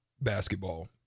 basketball